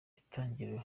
itangiriro